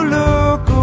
look